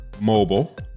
Mobile